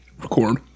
record